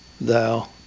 thou